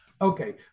okay